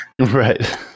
Right